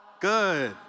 Good